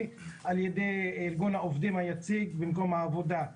על-ידי ארגון העובדים היציג במקום העבודה.